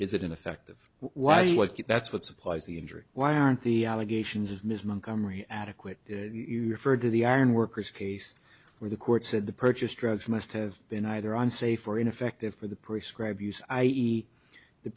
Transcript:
is it ineffective why do you like it that's what supplies the injury why aren't the allegations of ms montgomery adequate you referred to the iron workers case where the court said the purchased drugs must have been either on safe or ineffective for the prescribe use i e the